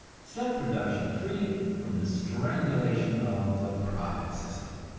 set production free from the strangulation of the profit system.